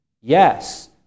Yes